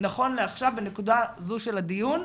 נכון לעכשיו, בנקודה זו של הדיון,